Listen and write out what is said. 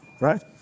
right